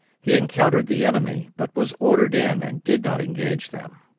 he encountered the enemy, but was ordered in and did not engage them.